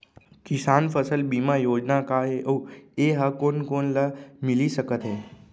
किसान फसल बीमा योजना का हे अऊ ए हा कोन कोन ला मिलिस सकत हे?